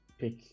pick